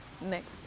next